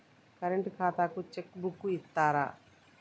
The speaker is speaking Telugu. కరెంట్ ఖాతాకు చెక్ బుక్కు ఇత్తరా?